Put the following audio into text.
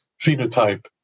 phenotype